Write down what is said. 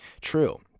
true